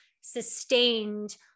sustained